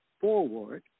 forward